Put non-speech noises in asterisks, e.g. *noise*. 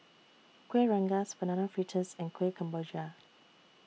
*noise* Kueh Rengas Banana Fritters and Kuih Kemboja